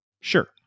Sure